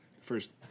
first